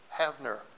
Havner